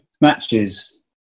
matches